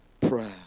prayer